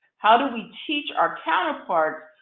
how do we teach our counterparts,